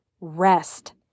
rest